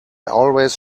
always